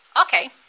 Okay